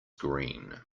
green